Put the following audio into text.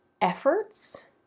efforts